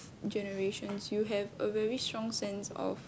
generations you have a very strong sense of